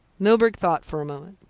milburgh thought for a moment.